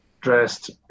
dressed